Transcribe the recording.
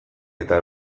eta